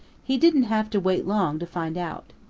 he didn't have to wait long to find out.